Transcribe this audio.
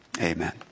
Amen